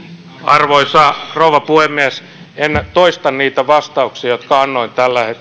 arvoisa rouva puhemies en toista niitä vastauksia jotka annoin